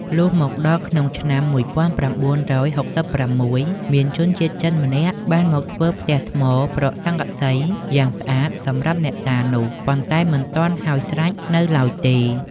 លុះមកដល់ក្នុងឆ្នាំ ១៩៦៦ មានជនជាតិចិនម្នាក់ បានមកធ្វើផ្ទះថ្ម ប្រក់ស័ង្កសីយ៉ាងស្អាតសម្រាប់អ្នកតានោះ ប៉ុន្តែមិនទាន់ហើយស្រេចនៅឡើយទេ ។